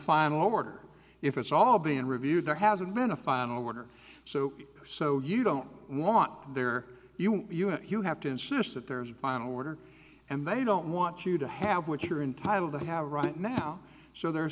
final order if it's all being reviewed there hasn't been a final order so so you don't want there you you have to insist that there's a final order and they don't want you to have what you're entitle to have right now so they're